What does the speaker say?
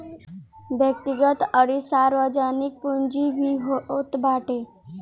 व्यक्तिगत अउरी सार्वजनिक पूंजी भी होत बाटे